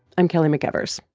i'm kelly mcevers